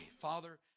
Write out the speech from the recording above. Father